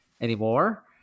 anymore